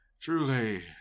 Truly